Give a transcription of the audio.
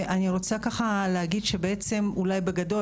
אני רוצה להגיד שאולי בגדול,